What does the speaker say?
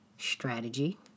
Strategy